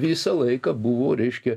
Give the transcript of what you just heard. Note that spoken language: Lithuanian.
visą laiką buvo reiškia